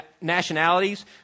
nationalities